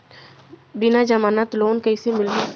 बिना जमानत लोन कइसे मिलही?